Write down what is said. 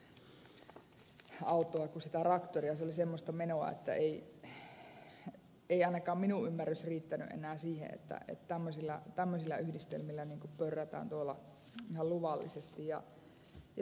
se oli semmoista menoa että ei ainakaan minun ymmärrykseni enää riittänyt siihen että tämmöisillä yhdistelmillä pörrätään tuolla ihan luvallisesti